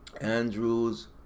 Andrews